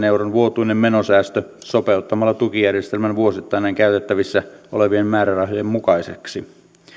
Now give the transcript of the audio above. euron vuotuinen menosäästö sopeuttamalla tukijärjestelmä vuosittain käytettävissä olevien määrärahojen mukaiseksi